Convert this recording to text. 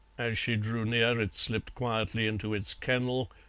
as she drew near it slipped quietly into its kennel,